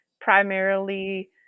primarily